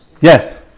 Yes